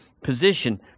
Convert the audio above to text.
position